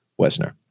Wesner